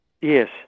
Yes